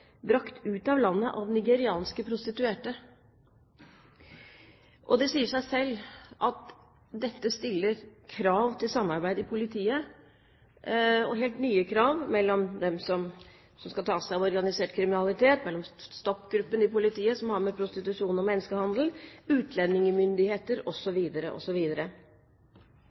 brakt ut av landet av nigerianske prostituerte. Det sier seg selv at dette stiller krav til samarbeid i politiet og helt nye krav til samarbeid mellom dem skal ta seg av organisert kriminalitet – STOP-gruppen i politiet, som har med prostitusjon og menneskehandel å gjøre, utlendingsmyndigheter,